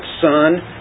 son